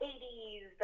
80s